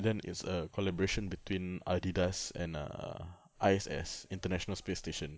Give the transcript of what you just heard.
then it's a collaboration between Adidas and err I_S_S international space station